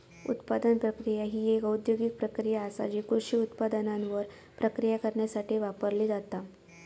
उत्पादन प्रक्रिया ही एक औद्योगिक प्रक्रिया आसा जी कृषी उत्पादनांवर प्रक्रिया करण्यासाठी वापरली जाता